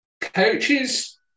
coaches